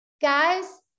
guys